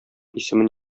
исемен